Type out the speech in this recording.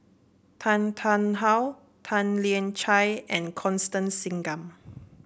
Tan Tarn How Tan Lian Chye and Constance Singam